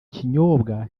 kinyobwa